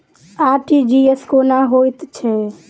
RTGS कोना होइत छै?